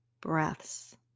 breaths